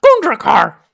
Kundrakar